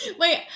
wait